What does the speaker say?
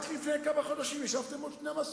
רק לפני כמה חודשים ישבתם מול 12,